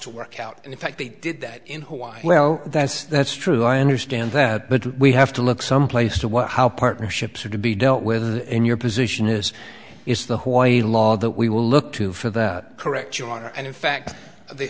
to work out and in fact they did that in hawaii well that's that's true i understand that but we have to look some place to what how partnerships are to be dealt with in your position is is the hawaii law that we will look to for that correct your honor and in fact the